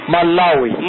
Malawi